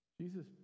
Jesus